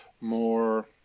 more